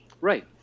Right